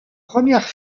première